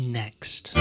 next